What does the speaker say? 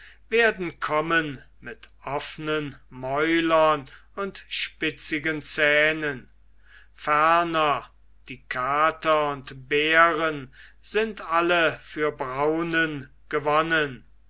werden kommen mit offenen mäulern und spitzigen zähnen ferner die kater und bären sind alle für braunen gewonnen